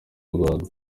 rwanda